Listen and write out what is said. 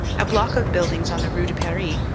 a block of buildings on the rue de paris,